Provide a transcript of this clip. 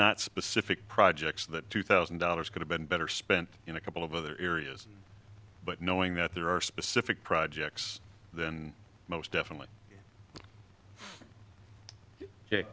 not specific projects that two thousand dollars could have been better spent in a couple of other areas but knowing that there are specific projects then most definitely y